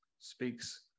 speaks